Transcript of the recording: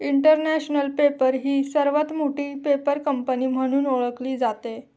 international paper ही सर्वात मोठी पेपर कंपनी म्हणून ओळखली जाते